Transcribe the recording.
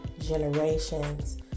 generations